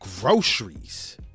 groceries